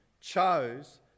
chose